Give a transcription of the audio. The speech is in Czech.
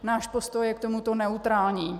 Náš postoj je k tomuto neutrální.